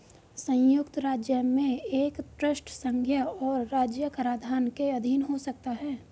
संयुक्त राज्य में एक ट्रस्ट संघीय और राज्य कराधान के अधीन हो सकता है